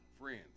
Friends